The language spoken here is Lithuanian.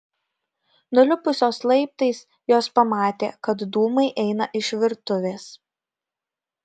nulipusios laiptais jos pamatė kad dūmai eina iš virtuvės